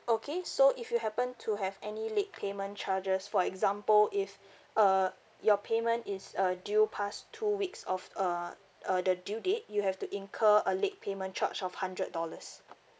okay so if you happen to have any late payment charges for example if uh your payment is uh due pass two weeks of uh uh the due date you have to incur a late payment charge of hundred dollars